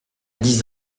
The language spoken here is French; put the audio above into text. dix